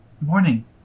Morning